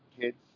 kids